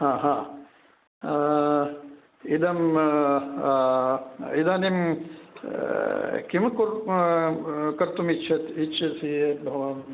इदं इदानीं किम् कुर्व् कर्तुं इच्छ इच्छति भवान्